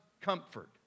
comfort